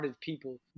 people